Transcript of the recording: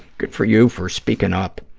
good for you for speaking up.